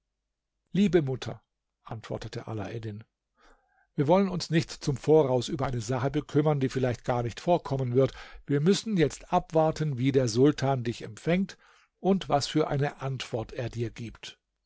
liebe mutter antwortete alaeddin wir wollen uns nicht zum voraus über eine sache bekümmern die vielleicht gar nicht vorkommen wird wir müssen jetzt abwarten wie der sultan dich empfängt und was für eine antwort er dir gibt